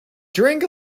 drink